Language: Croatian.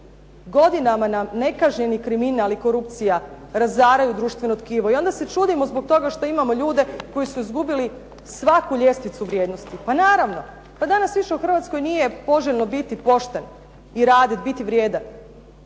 Godinama nam nekažnjeni kriminal i korupcija razaraju društveno tkivo. I onda se čudimo zbog toga što imamo ljude koji su izgubili svaku ljestvicu vrijednosti. Pa naravno. Pa danas više u Hrvatskoj nije poželjno biti pošten i raditi, biti vrijedan.